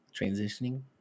transitioning